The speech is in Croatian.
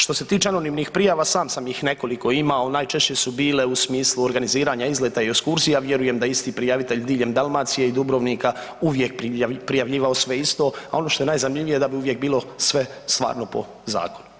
Što se tiče anonimnih prijava sam sam ih nekoliko imao, najčešće su bile u smislu organiziranja izleta i ekskurzija, vjerujem da je isti prijavitelj diljem Dalmacije i Dubrovnika uvijek prijavljivao sve isto, a ono što je najzanimljivije da bi uvijek bilo sve stvarno po zakonu.